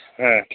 ह